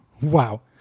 Wow